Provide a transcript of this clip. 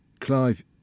Clive